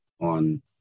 on